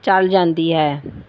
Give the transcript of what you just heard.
ਚੱਲ ਜਾਂਦੀ ਹੈ